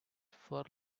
fur